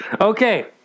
Okay